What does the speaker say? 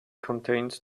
contains